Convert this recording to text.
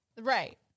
Right